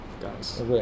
guys